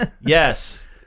Yes